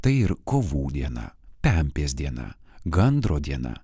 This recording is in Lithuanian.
tai ir kovų diena pempės diena gandro diena